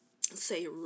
say